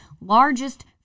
largest